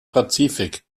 pazifik